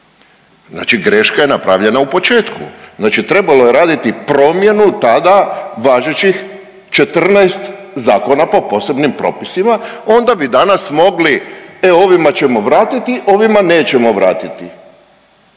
Znači greška je napravljena u početku. Znači trebalo je raditi promjenu tada važećih 14 zakona po posebnim propisima, onda bi danas mogli e ovima ćemo vratiti ovima nećemo vratiti.